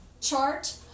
chart